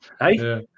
hey